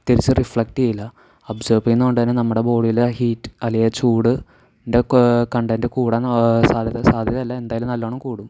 തിരിച്ച് റിഫ്ലെക്റ്റ് ചെയ്യില്ല അബ്സോർബ് ചെയ്യുന്നതുകൊണ്ട് തന്നെ നമ്മുടെ ബോഡിയിലെ ഹീറ്റ് അല്ലെങ്കിൽ ചൂട് ഇതൊക്ക കണ്ടൻറ് കൂടാൻ സാധ്യത സാധ്യതയല്ല എന്തായാലും നല്ലോണം കൂടും